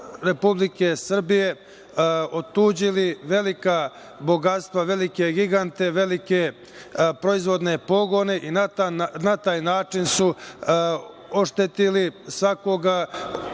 Republike Srbije otuđili velika bogatstva, velike gigante, velike proizvodne pogone i na taj način su oštetili svakoga